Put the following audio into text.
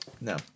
No